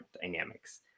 dynamics